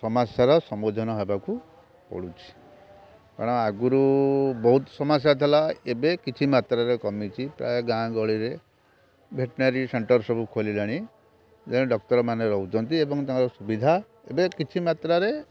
ସମସ୍ୟାର ହେବାକୁ ପଡ଼ୁଛି ଆଗରୁ ବହୁତ ସମସ୍ୟା ଥିଲା ଏବେ କିଛି ମାତ୍ରାରେ କମିଛି ପ୍ରାୟ ଗାଁ ଗହଳିରେ ଭେଟନାରୀ ସେଣ୍ଟର୍ ସବୁ ଖୋଲିଲାଣି ଡ଼କ୍ଟର୍ମାନେ ରହୁଛନ୍ତି ଏବଂ ତାଙ୍କର ସୁବିଧା ଏବେ କିଛି ମାତ୍ରାରେ